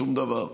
שום דבר.